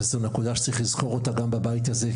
וזוהי נקודה שצריך לזכור אותה גם בבית הזה,